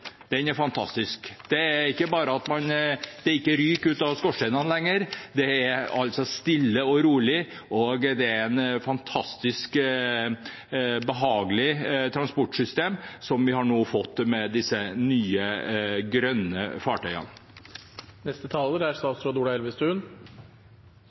den er fantastisk. Det er ikke bare at det ikke ryker ut av skorsteinene lenger, det er stille og rolig. Det er et fantastisk behagelig transportsystem vi nå har fått med disse nye, grønne fartøyene. Først til representanten Haltbrekken: Regjeringens politikk er